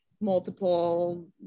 multiple